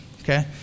okay